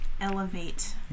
elevate